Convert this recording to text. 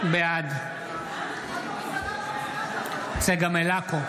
בעד צגה מלקו,